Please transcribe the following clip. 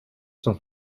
son